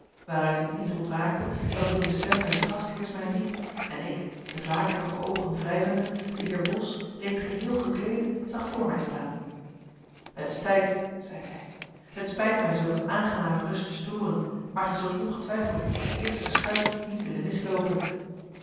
waaruit ik niet ontwaakte dan toen de stem mijns gastheers mij riep en ik de vakerige oogen wrijvende den heer bos reeds geheel gekleed zag voor mij staan het is tijd zeide hij het spijt mij zulk een aangename rust te storen maar gij zult ongetwijfeld de eerste schuit niet willen misloopen